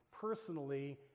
personally